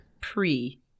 pre